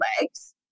legs